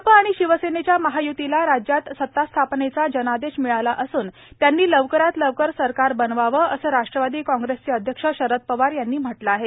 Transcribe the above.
भाजप आणि शिवसेनेच्या महाय्तीला राज्यात सता स्थापनेचा जनादेश मिळाला असून त्यांनी लवकरात लवकर सरकार बनवावं असं राष्ट्रवादी काँग्रेसचे अध्यक्ष शरद पवार यांनी म्हटलं आहे